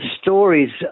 stories